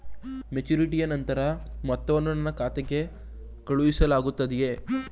ಮೆಚುರಿಟಿಯ ನಂತರ ಮೊತ್ತವನ್ನು ನನ್ನ ಖಾತೆಗೆ ಕಳುಹಿಸಲಾಗುತ್ತದೆಯೇ?